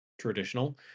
traditional